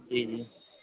جی جی